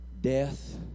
death